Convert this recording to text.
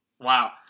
Wow